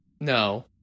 No